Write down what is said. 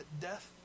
death